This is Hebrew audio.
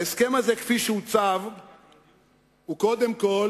ההסכם הזה כפי שעוצב הוא קודם כול